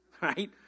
right